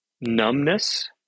numbness